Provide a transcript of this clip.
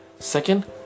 second